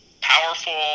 powerful